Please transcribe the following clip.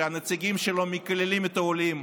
שהנציגים שלו מקללים את העולים,